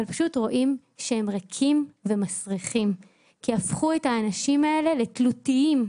שם ראו שהם ריקים ומסריחים כי הפכו את האנשים האלה לתלותיים.